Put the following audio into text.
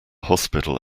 hospital